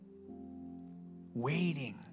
Waiting